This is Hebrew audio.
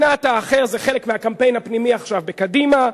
שנאת האחר זה חלק מהקמפיין הפנימי עכשיו בקדימה,